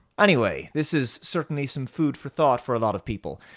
anyway, this is certainly some food for thought for a lot of people.